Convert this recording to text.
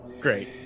Great